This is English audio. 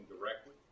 directly